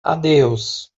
adeus